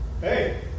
hey